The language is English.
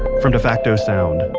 from defacto sound,